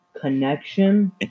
Connection